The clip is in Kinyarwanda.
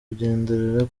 kugenderera